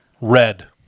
red